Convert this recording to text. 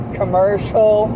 commercial